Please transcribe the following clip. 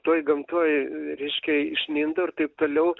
toj gamtoj reiškia išmindo ir taip toliau